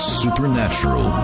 supernatural